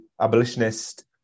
abolitionist